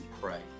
pray